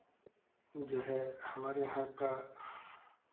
जो है हमारे यहाँ का